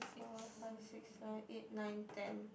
four five six seven eight nine ten